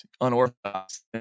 unorthodox